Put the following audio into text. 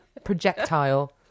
projectile